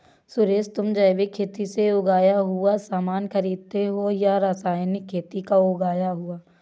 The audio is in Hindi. सुरेश, तुम जैविक खेती से उगाया हुआ सामान खरीदते हो या रासायनिक खेती का उगाया हुआ?